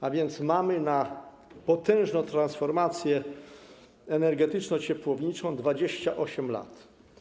A więc na potężną transformację energetyczno-ciepłowniczą mamy 28 lat.